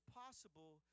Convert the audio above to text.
possible